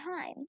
time